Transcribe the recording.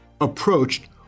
approached